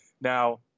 Now